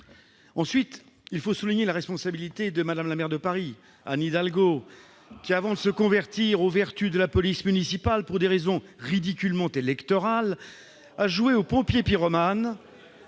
Ensuite, il faut souligner la responsabilité de Mme la maire de Paris, Anne Hidalgo, qui, avant de se convertir aux vertus de la police municipale pour des raisons ridiculement électorales, a joué au pompier pyromane